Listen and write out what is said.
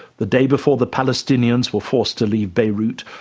the day before the palestinians were forced to leave beirut,